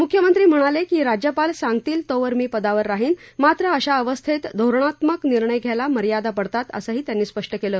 मुख्यमंत्री म्हणाले की राज्यपाल सांगतील तोपर्यंत मी पदावर राहीन मात्र अशा अवस्थेत धोरणात्मक निर्णय घ्यायला मर्यादा पडतात असंही त्यांनी स्पष्ट केलं